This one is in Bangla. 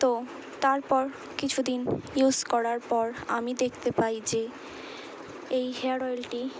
তো তারপর কিছু দিন ইউস করার পর আমি দেখতে পাই যে এই হেয়ার অয়েলটি